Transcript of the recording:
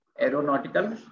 aeronautical